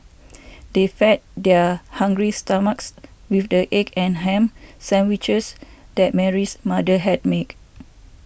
they fed their hungry stomachs with the egg and ham sandwiches that Mary's mother had make